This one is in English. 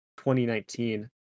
2019